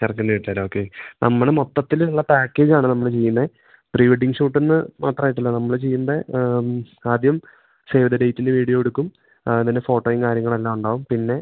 ചെറ്ക്കൻ്റെ വീട്ട്കാരാ ഓക്കെ നമ്മള് മൊത്തത്തില്ള്ള പാക്കേജാണ് നമ്മള് ചെയ്യ്ന്നെ പ്രീ വെഡ്ഡിംഗ് ഷൂട്ട്ന്ന് മാത്രായിട്ടല്ല നമ്മള് ചെയ്യ്ന്നെ ആദ്യം സേവ് ദ ഡേറ്റില് വീഡിയോ എട്ക്കും ആദ്യം തന്നെ ഫോട്ടോയും കാര്യങ്ങളെല്ലാ ഉണ്ടാവും പിന്നെ